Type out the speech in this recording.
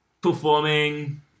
Performing